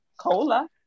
Cola